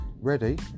ready